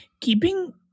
Keeping